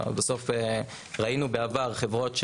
ראינו בעבר חברות,